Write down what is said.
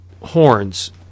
horns